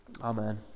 Amen